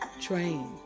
Train